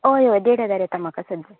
हय हय देड हजार येता म्हाका सद